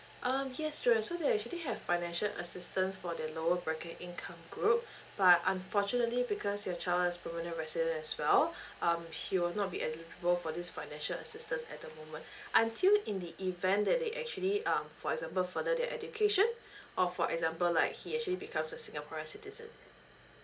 um yes johan so there're actually have financial assistance for the lower bracket income group but unfortunately because your child's permanent resident as well um he will not be eligible for this financial assistant at the moment until in the event that they actually um for example further their education or for example like he actually becomes a singaporean citizen